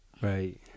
Right